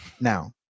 Now